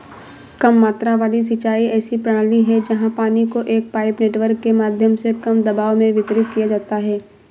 कम मात्रा वाली सिंचाई ऐसी प्रणाली है जहाँ पानी को एक पाइप नेटवर्क के माध्यम से कम दबाव में वितरित किया जाता है